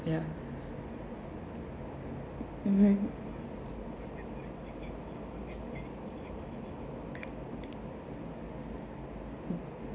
ya mmhmm